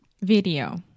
Video